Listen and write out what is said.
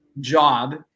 job